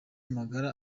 magara